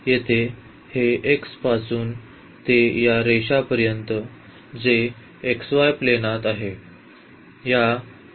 येथे हे x अक्षापासून ते या रेषापर्यंत जे xy प्लेनात आहे